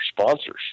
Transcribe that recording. sponsors